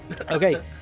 Okay